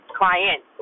client